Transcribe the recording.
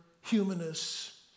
humanists